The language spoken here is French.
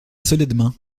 solidement